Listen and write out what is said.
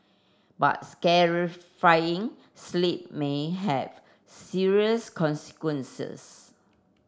but sleep may have serious consequences